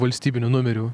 valstybinių numerių